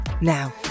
Now